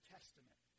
Testament